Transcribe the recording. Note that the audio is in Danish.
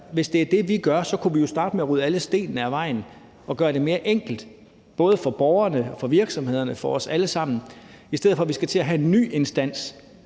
hvis det er det, vi gør, så kunne vi jo starte med at rydde alle stenene af vejen og gøre det mere enkelt – for borgerne, for virksomhederne og for os alle sammen – i stedet for at vi skal til at have en ny instans.